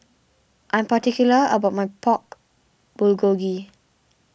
I'm particular about my Pork Bulgogi